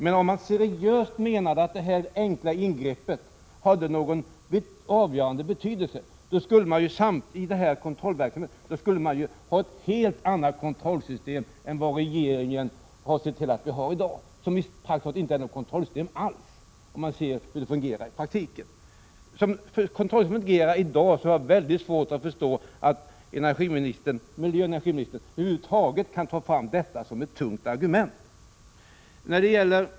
Men om man seriöst menar att detta enkla ingrepp har någon avgörande betydelse för kontrollverksamheten, skulle man ju ha ett helt annat kontrollsystem än vad regeringen har sett till att vi har i dag — det är praktiskt taget inte något kontrollsystem alls, om man ser till hur det fungerar i praktiken. Som kontrollsystemet i dag fungerar har jag mycket svårt att förstå att miljöoch energiministern över huvud taget kan föra fram detta som ett tungt vägande argument.